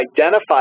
identified